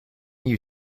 you